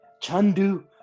Chandu